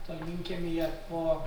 tolminkiemyje po